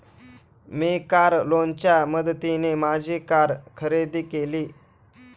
मी car लोनच्या मदतीने माझी कार खरेदी केली